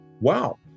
wow